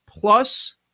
plus